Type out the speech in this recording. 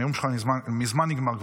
הנאום שלך מזמן נגמר.